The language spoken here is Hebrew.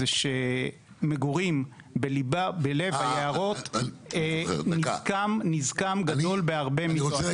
היא שנזקם של מגורים בלב היערות גדול בהרבה מתועלתם.